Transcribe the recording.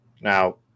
Now